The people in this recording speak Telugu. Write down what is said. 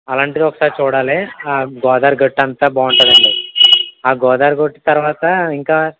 అలాంటిది ఒకసారి చూడాలి గోదావరి గట్టు అంతా బాగుంటుందండి ఆ గోదావరి గట్టు తర్వాత ఇంకా